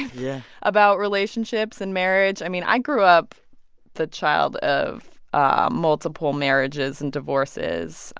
yeah. about relationships and marriage. i mean, i grew up the child of ah multiple marriages and divorces.